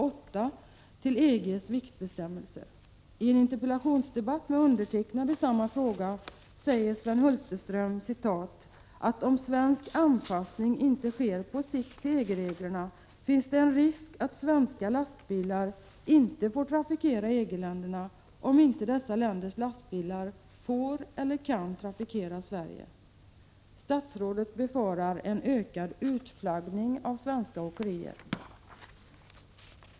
8 till EG:s viktbestämmelser. I en interpellationsdebatt med mig i samma fråga sade Sven Hulterström att ”om svensk anpassning inte sker på sikt till EG-reglerna, finns det en risk att svenska lastbilar inte får trafikera EG-länderna, om inte dessa länders lastbilar får eller kan trafikera Sverige”. Statsrådet befarade en ökad ”utflaggning” av svenska åkerier.